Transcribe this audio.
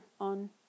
on